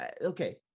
Okay